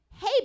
hey